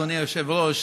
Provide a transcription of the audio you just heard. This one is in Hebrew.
אדוני היושב-ראש,